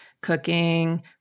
cooking